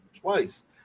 Twice